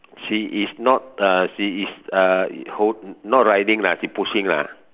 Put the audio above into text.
she is not uh she is uh hol~ not riding lah she pushing lah